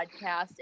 podcast